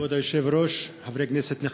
כבוד היושב-ראש, חברי כנסת נכבדים,